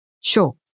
Sure